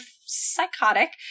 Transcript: psychotic